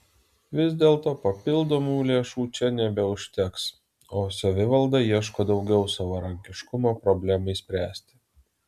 vis dėlto papildomų lėšų čia nebeužteks o savivalda ieško daugiau savarankiškumo problemai spręsti